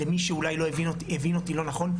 למי שאולי הבין אותי לא נכון,